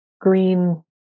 green